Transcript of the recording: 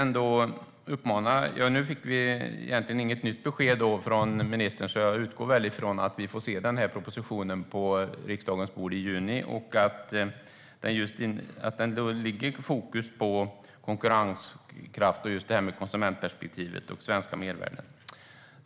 Nu fick vi inget nytt besked från ministern, så jag utgår från att vi får se den här propositionen på riksdagens bord i juni och att den har fokus på konkurrenskraft, konsumentperspektivet och svenska mervärden.